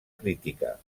crítica